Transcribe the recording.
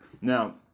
Now